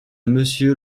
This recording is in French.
monsieur